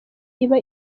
iba